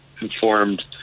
informed